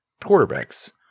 quarterbacks